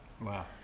Wow